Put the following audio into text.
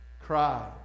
Cry